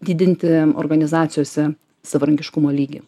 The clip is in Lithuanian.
didinti organizacijose savarankiškumo lygį